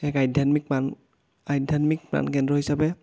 এক আধ্যাত্মিক মান আধ্যাত্মিক প্ৰাণকেন্দ্ৰ হিচাপে